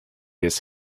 his